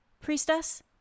priestess